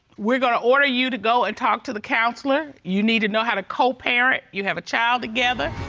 we're gonna order you to go and talk to the counselor. you need to know how to co-parent. you have a child together.